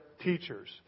teachers